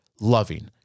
loving